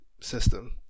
system